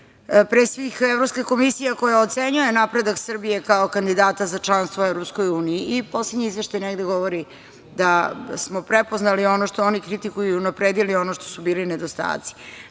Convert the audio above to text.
Pre svih Evropska komisija koja ocenjuje napredak Srbije kao kandidata za članstvo u EU. Poslednji izveštaj negde govori da smo prepoznali ono što oni kritikuju i unapredili ono što su bili nedostaci. Novim